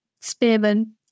Spearman